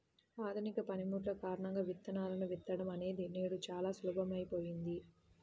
ఆధునిక పనిముట్లు కారణంగా విత్తనాలను విత్తడం అనేది నేడు చాలా సులభమైపోయింది